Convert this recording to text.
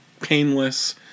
painless